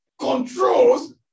controls